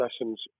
lessons